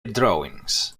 drawings